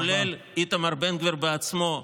כולל איתמר בן גביר בעצמו,